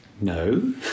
no